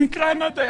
...